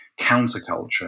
counterculture